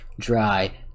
dry